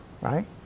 right